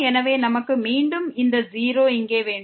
எனவே நம்மிடம் மீண்டும் இந்த 0 இங்கே இருக்கிறது